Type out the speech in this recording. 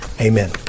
Amen